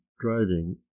driving